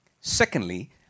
Secondly